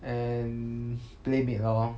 and playmade lor